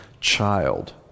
child